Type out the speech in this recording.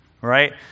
right